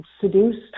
seduced